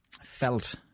felt